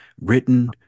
Written